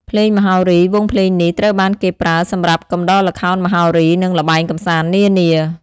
ភ្លេងមហោរី វង់ភ្លេងនេះត្រូវបានគេប្រើសម្រាប់កំដរល្ខោនមហោរីនិងល្បែងកំសាន្តនានា។